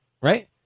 Right